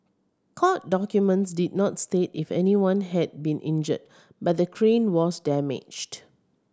court documents did not state if anyone had been injured but the crane was damaged